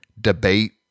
debate